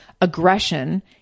aggression